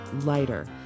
lighter